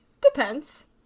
Depends